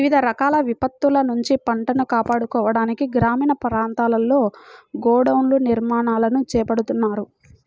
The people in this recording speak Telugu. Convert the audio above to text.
వివిధ రకాల విపత్తుల నుంచి పంటను కాపాడుకోవడానికి గ్రామీణ ప్రాంతాల్లో గోడౌన్ల నిర్మాణాలను చేపడుతున్నారు